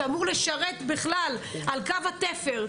שאמור לשרת בכלל על קו התפר,